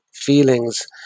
Feelings